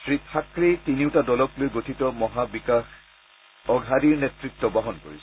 শ্ৰী থাকৰেই তিনিওটা দলক লৈ গঠিত মহা বিকাশ অঘাৰীৰ নেতুত্ব বহন কৰিছে